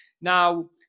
Now